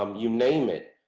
um you name it,